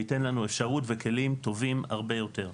וייתן לנו אפשרות וכלים טובים הרבה יותר.